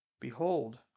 Behold